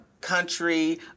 country